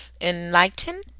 enlighten